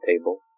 table